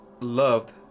loved